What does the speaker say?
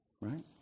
Right